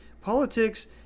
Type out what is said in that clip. politics